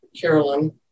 Carolyn